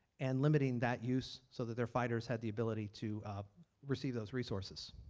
and limiting that use so that their fighters had the ability to receive those resources.